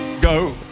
go